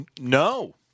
No